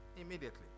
immediately